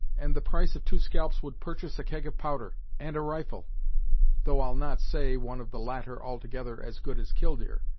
and the price of two scalps would purchase a keg of powder, and a rifle though i'll not say one of the latter altogether as good as killdeer,